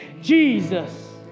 Jesus